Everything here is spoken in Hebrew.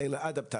אלא על אדפטציה,